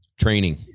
training